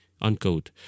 Unquote